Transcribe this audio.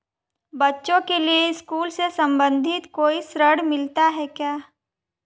बच्चों के लिए स्कूल से संबंधित कोई ऋण मिलता है क्या?